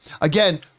again